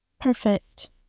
Perfect